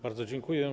Bardzo dziękuję.